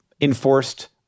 enforced